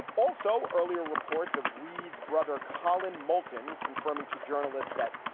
also earlier reports of reid's brother, collin moulton, confirming to journalists that,